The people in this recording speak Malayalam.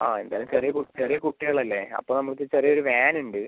ആ എന്തായാലും ചെറിയ ചെറിയ കുട്ടികൾ അല്ലേ അപ്പോൾ നമുക്ക് ചെറിയൊരു വാൻ ഉണ്ട്